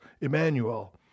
Emmanuel